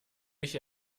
mich